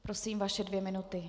Prosím, vaše dvě minuty.